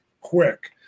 quick